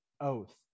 oath